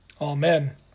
Amen